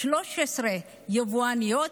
13 יבואניות,